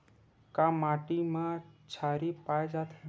का माटी मा क्षारीय पाए जाथे?